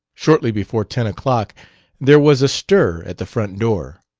shortly before ten o'clock there was a stir at the front door.